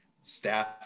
staff